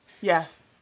Yes